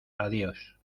adiós